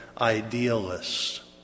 idealists